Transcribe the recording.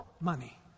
money